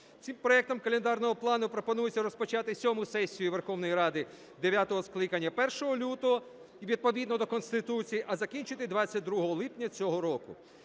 Цим проектом календарного плану пропонується розпочати сьому сесію Верховної Ради дев'ятого скликання 1 лютого відповідно до Конституції, а закінчити 22 липня цього року.